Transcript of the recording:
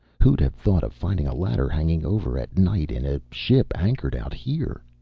who'd have thought of finding a ladder hanging over at night in a ship anchored out here!